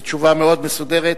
בתשובה מאוד מסודרת,